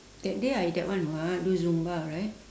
that day I that one [what] do zumba right